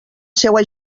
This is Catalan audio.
seua